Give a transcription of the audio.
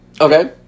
okay